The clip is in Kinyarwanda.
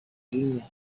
rimwe